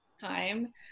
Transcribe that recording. time